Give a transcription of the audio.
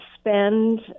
spend